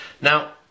Now